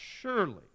surely